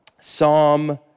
Psalm